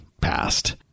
passed